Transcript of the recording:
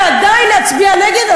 ועדיין להצביע נגד?